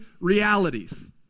realities